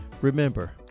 Remember